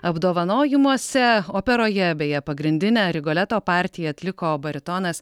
apdovanojimuose operoje beje pagrindinę rigoleto partiją atliko baritonas